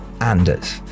Anders